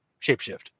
shapeshift